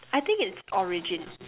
I think it's origin